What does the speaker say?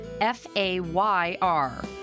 F-A-Y-R